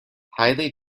highly